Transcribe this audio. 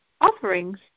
offerings